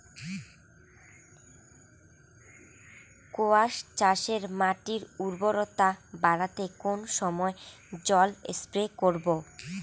কোয়াস চাষে মাটির উর্বরতা বাড়াতে কোন সময় জল স্প্রে করব?